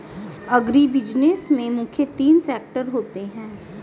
agribusiness में मुख्य तीन सेक्टर होते है